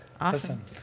awesome